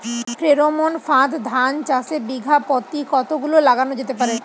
Pheromone ফাঁদ ধান চাষে বিঘা পতি কতগুলো লাগানো যেতে পারে?